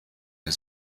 der